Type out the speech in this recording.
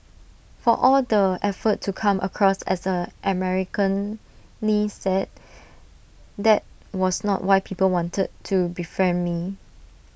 for all the effort to come across as A Americanised that was not why people wanted to befriend me